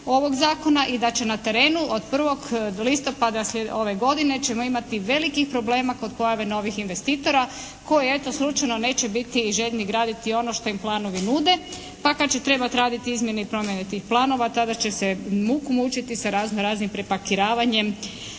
i da će na terenu od 1. listopada ove godine ćemo imati velikih problema kod pojave novih investitora koji eto slučajno neće biti željni graditi ono što im planovi nude, pa kad će trebati raditi izmjene i promjene tih planova tada će se muku mučiti sa raznoraznim prepakiravanjem